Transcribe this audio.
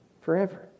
forever